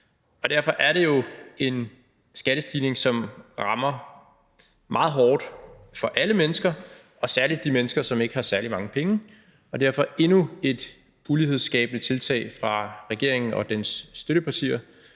Derfor er det en skattestigning, som rammer meget hårdt for alle mennesker og særlig de mennesker, som ikke har særlig mange penge, og derfor er det endnu et ulighedsskabende tiltag fra regeringen og dens støttepartier,